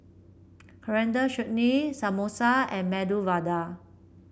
Coriander Chutney Samosa and Medu Vada